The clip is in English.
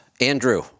Andrew